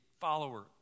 follower